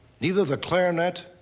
neither the clarinet,